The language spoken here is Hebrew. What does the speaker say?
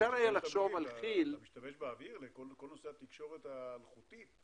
אתה משמש באוויר לכל נושא התקשורת האלחוטית.